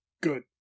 Good